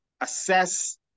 assess